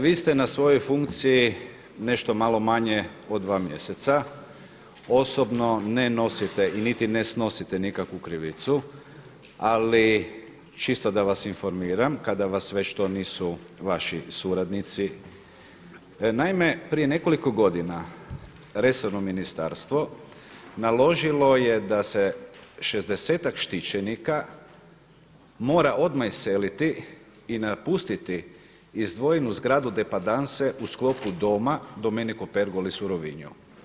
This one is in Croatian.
Vi ste na svojoj funkciji nešto malo manje od 2 mjeseca, osobno ne nosite, niti ne snosite nikakvu krivicu ali čisto da vas informiram kada vas već to nisu vaši suradnici naime prije nekoliko godina resorno ministarstvo naložilo je da se šezdesetak štićenika mora odmah iseliti i napustiti izdvojenu zgradu depandanse u sklopu doma Domenico Pergolis u Rovinju.